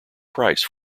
price